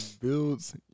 builds